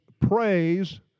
praise